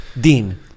Dean